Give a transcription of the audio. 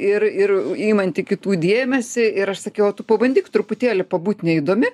ir ir imanti kitų dėmesį ir aš sakiau o tu pabandyk truputėlį pabūt neįdomi